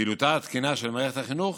פעילותה התקינה של מערכת החינוך